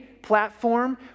Platform